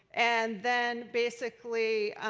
and then basically